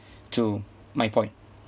to my point